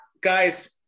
guys